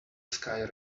sky